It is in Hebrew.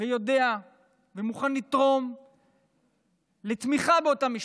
ויודע ומוכן לתרום לתמיכה באותן משפחות,